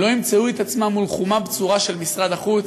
לא ימצאו את עצמן מול חומה בצורה של משרד החוץ.